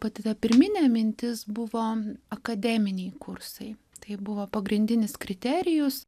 pati ta pirminė mintis buvo akademiniai kursai tai buvo pagrindinis kriterijus